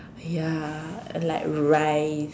ya and like rice